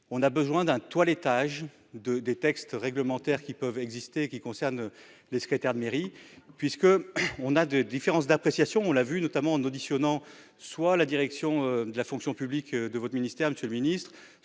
on a besoin d'un toilettage de des textes réglementaires qui peuvent exister, qui concerne les secrétaires de mairie puisque on a de différences d'appréciation, on l'a vu notamment en auditionnant soit la direction de la fonction publique de votre ministère Monsieur le Ministre